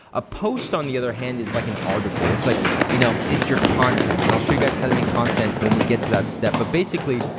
a post on the other hand is like an article. it's like, you know it's your content and i'll show you guys how to make content when we get to that step but basically,